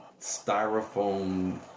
styrofoam